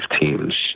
teams